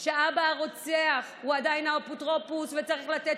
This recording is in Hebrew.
שהאבא הרוצח הוא עדיין האפוטרופוס וצריך לתת